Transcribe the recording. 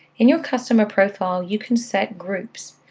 in your customer profile, you can set groups,